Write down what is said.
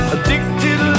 Addicted